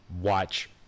watch